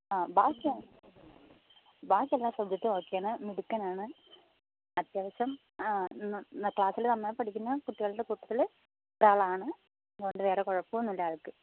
ആ ബാക്കി ബാക്കിയെല്ലാ സബ്ജക്റ്റും ഓക്കെയാണ് മിടുക്കനാണ് അത്യാവശ്യം ആ ക്ലാസ്സിൽ നന്നായി പഠിക്കുന്ന കുട്ടികളുടെ കൂട്ടത്തിൽ ഒരാളാണ് അതുകൊണ്ട് വേറെ കുഴപ്പമൊന്നുമില്ല ആൾക്ക്